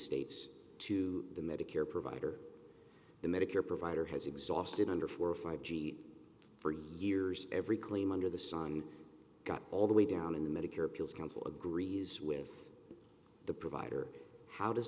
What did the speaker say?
states to the medicare provider the medicare provider has exhausted under four or five g for years every claim under the sun got all the way down in the medicare appeals council agrees with the provider how does